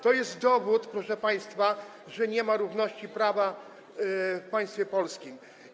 To jest dowód na to, proszę państwa, że nie ma równości wobec prawa w państwie polskim.